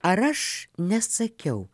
ar aš nesakiau